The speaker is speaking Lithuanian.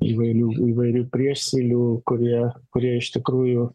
įvairių įvairių priesėlių kurie kurie iš tikrųjų